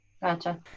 Gotcha